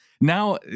now